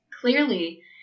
clearly